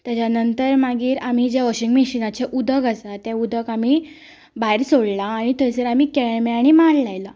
तेच्या नंतर मागीर आमी जे वॉशींग मशिनाचें उदक आसा तें उदक आमी भायर सोडलां आनी थंयसर आमी केळमें आनी माड लायला